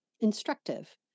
instructive